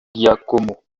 giacomo